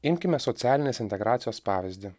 imkime socialinės integracijos pavyzdį